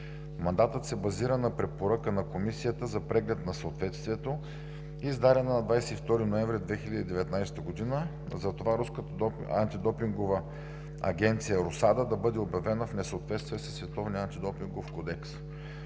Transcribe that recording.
Мандатът се базира на препоръка на Комисията за преглед на съответствието, издадена на 22 ноември 2019 г., и затова руската антидопингова агенция РУСАДА да бъде обявена в несъответствие със Световния антидопингов кодекс.